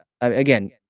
again